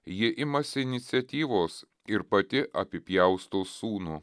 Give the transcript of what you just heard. ji imasi iniciatyvos ir pati apipjausto sūnų